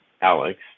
Alex